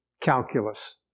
calculus